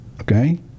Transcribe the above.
Okay